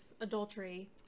adultery